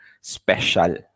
special